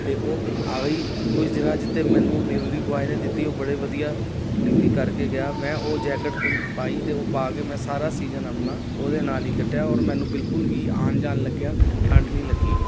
ਅਤੇ ਉਹ ਆ ਗਈ ਕੁਝ ਦਿਨਾਂ 'ਚ ਅਤੇ ਮੈਨੂੰ ਡਿਲੀਵਰੀ ਬੋਆਏ ਨੇ ਦਿੱਤੀ ਉਹ ਬੜੇ ਵਧੀਆ ਡਿਲੀਵਰੀ ਕਰਕੇ ਗਿਆ ਮੈਂ ਉਹ ਜੈਕਟ ਕੁਝ ਪਾਈ ਅਤੇ ਉਹ ਪਾ ਕੇ ਮੈਂ ਸਾਰਾ ਸੀਜ਼ਨ ਆਪਣਾ ਉਹਦੇ ਨਾਲ ਹੀ ਕੱਟਿਆ ਔਰ ਮੈਨੂੰ ਬਿਲਕੁਲ ਵੀ ਆਉਣ ਜਾਣ ਲੱਗਿਆ ਠੰਡ ਨਹੀਂ ਲੱਗੀ